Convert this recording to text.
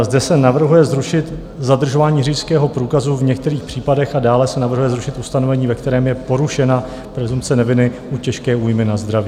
Zde se navrhuje zrušit zadržování řidičského průkazu v některých případech a dále se navrhuje zrušit ustanovení, ve kterém je porušena presumpce neviny u těžké újmy na zdraví.